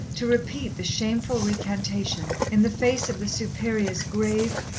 to repeat the shameful recantation, in the face of the superior's grave,